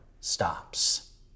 stops